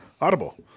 Audible